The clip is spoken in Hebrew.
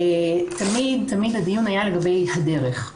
תמיד הדיון היה לגבי הדרך,